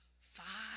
five